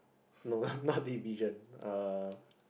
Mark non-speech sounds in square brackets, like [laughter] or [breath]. no [breath] not division uh